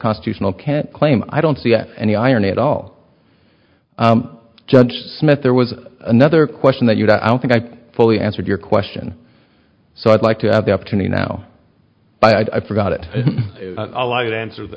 constitutional can't claim i don't see any irony at all judge smith there was another question that you know i don't think i fully answered your question so i'd like to have the opportunity now by i forgot it allow you to answer th